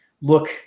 look